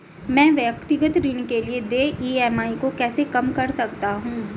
मैं व्यक्तिगत ऋण के लिए देय ई.एम.आई को कैसे कम कर सकता हूँ?